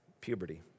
Puberty